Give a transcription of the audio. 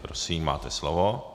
Prosím, máte slovo.